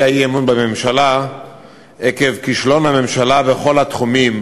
אי-אמון בממשלה עקב כישלון הממשלה בכל התחומים,